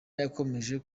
yakomeje